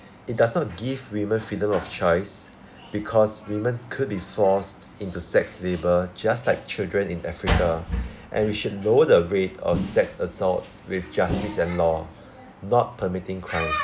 it does not give women freedom of choice because women could be forced into sex labour just like children in africa and we should lower the rate of sex assaults with justice and law not permitting crime